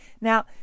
Now